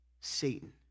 Satan